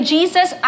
Jesus